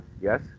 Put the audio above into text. Yes